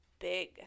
Big